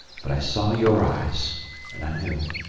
but i saw your eyes and i knew.